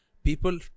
People